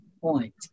point